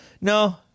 No